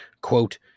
quote